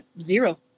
zero